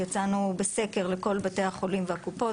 יצאנו בסקר לכל בתי החולים והקופות